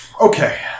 Okay